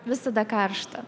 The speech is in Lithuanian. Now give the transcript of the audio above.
visada karšta